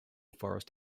forest